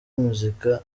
muzika